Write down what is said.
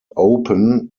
open